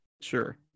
Sure